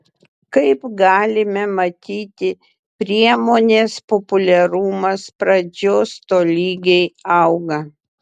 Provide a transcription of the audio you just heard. kaip galime matyti priemonės populiarumas pradžios tolygiai auga